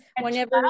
whenever